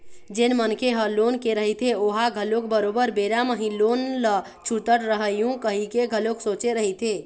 जेन मनखे ह लोन ले रहिथे ओहा घलोक बरोबर बेरा म ही लोन ल छूटत रइहूँ कहिके घलोक सोचे रहिथे